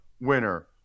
winner